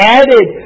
added